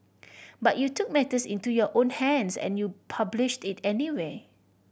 but you took matters into your own hands and you published it anyway